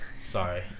Sorry